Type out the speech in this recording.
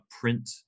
print